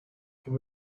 can